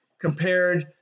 compared